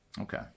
Okay